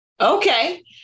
Okay